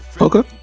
Okay